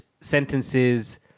sentences